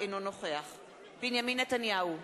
אינו נוכח בנימין נתניהו,